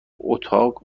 اتاق